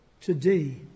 today